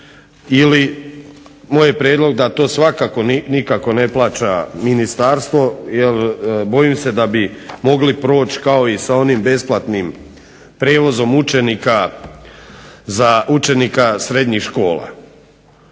ili moj je prijedlog da to svakako nikako ne plaća ministarstvo. Jer bojim se da bi mogli proći kao i sa onim besplatnim prijevozom učenika za učenika srednjih škola.